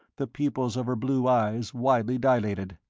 the pupils of her blue eyes widely dilated.